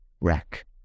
wreck